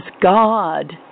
God